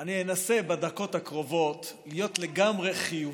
אני אנסה בדקות הקרובות להיות לגמרי חיובי.